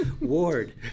Ward